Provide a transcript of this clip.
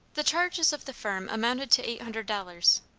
the charges of the firm amounted to eight hundred dollars.